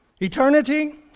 Eternity